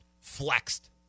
flexed